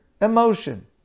emotion